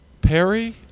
perry